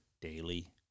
daily